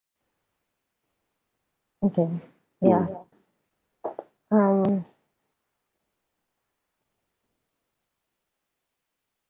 okay ya um